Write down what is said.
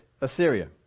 Assyria